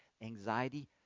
Anxiety